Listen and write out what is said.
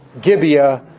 Gibeah